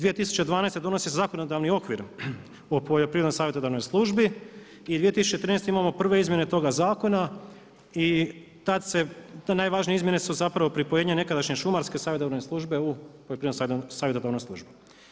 2012. donosi se zakonodavni okvir o Poljoprivrednom savjetodavnoj službi i 2013. imamo prve izmjene toga zakona i te najvažnije izmjene su zapravo pripojenje nekadašnje Šumarske savjetodavne službe u Poljoprivrednu savjetodavnu službu.